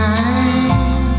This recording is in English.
Time